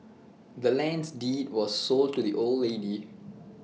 the land's deed was sold to the old lady